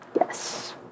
Yes